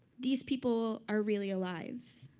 these people are really alive.